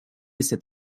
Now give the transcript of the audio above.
cet